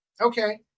Okay